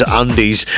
undies